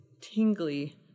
tingly